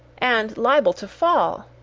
and liable to fall.